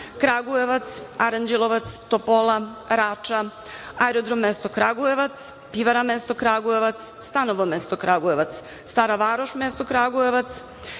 Kragujevac, Aranđelovac, Topola, Rača, Aerodrom mesto Kragujevac, Pivara mesto Kragujevac, Stanovo mesto Kragujevac, Stara Varoš mesto Kragujevac,